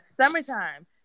Summertime